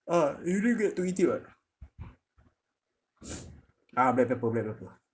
uh you didn't get to eat it [what] ah black pepper black pepper